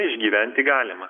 išgyventi galima